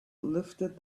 lifted